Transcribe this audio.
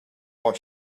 for